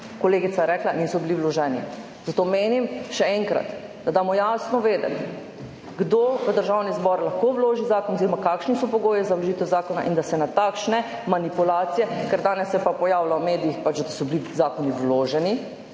kolegica je rekla, niso bili vloženi. Zato menim, še enkrat, da damo jasno vedeti, kdo v Državni zbor lahko vloži zakon oziroma kakšni so pogoji za vložitev zakona in da se na takšne manipulacije … Ker danes se pa pojavlja v medijih, da so bili zakoni vloženi,